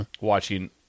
watching